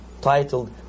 titled